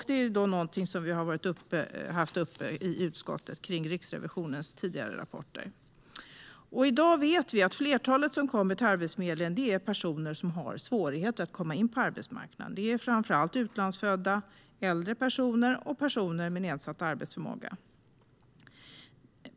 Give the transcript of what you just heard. Det är något som vi har haft uppe i utskottet i samband med Riksrevisionens tidigare rapporter. I dag vet vi att flertalet som kommer till Arbetsförmedlingen är personer som har svårigheter att komma in på arbetsmarknaden. Det är framför allt utlandsfödda, äldre personer och personer med nedsatt arbetsförmåga.